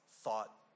thought